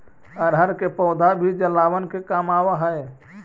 अरहर के पौधा भी जलावन के काम आवऽ हइ